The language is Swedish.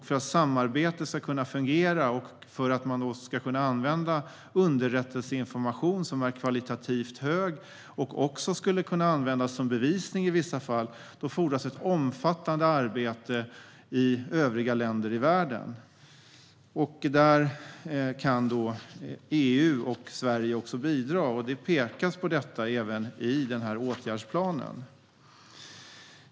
För att samarbetet ska kunna fungera och för att man ska kunna använda underrättelseinformation av hög kvalitet, som i vissa fall också skulle kunna användas som bevisning, fordras ett omfattande arbete i övriga länder i världen. Där kan EU och Sverige bidra, och det pekas på detta även i den här åtgärdsplanen.